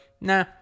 Nah